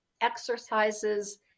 exercises